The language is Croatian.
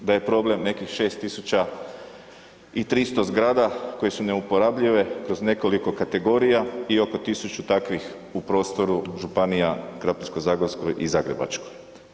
Da je problem nekih 6.300 zgrada koje su neuporabljive kroz nekoliko kategorija i oko 1.000 takvih u prostoru županija Krapinsko-zagorskoj i Zagrebačkoj.